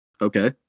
Okay